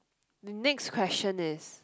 the next question is